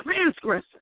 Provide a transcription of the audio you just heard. transgressor